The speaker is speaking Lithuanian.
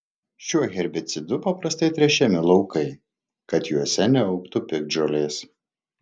šiuo herbicidu paprastai tręšiami laukai kad juose neaugtų piktžolės